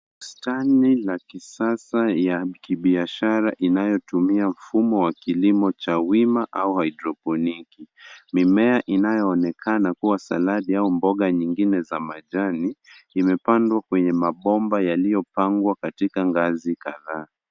Stani la kisasa ya kibiashara, inayotumia mfumo wa kilimo cha wima au haidropiniki. Mimea inayo onekana kuwa saladi au mboga nyingine za majani, imepandwa kwenye mabomba yaliyopangwa katika ngazi kadhaa.